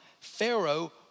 Pharaoh